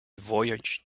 voyaged